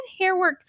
Hairworks